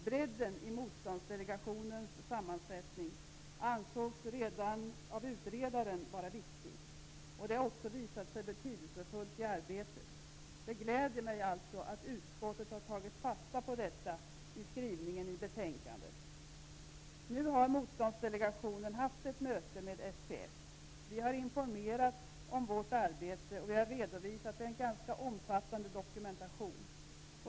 Bredden i Motståndsdelegationens sammansättning ansågs redan av utredaren vara viktig, och detta har också visat sig betydelsefullt i arbetet. Det gläder mig alltså att utskottet har tagit fasta på detta i skrivningen i betänkandet. Nu har Motståndsdelegationen haft ett möte med SPF. Vi har informerat om vårt arbete och redovisat en ganska omfattande dokumentation.